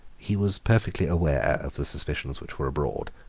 he was perfectly aware of the suspicions which were abroad.